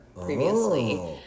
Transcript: previously